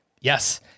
Yes